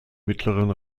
mittleren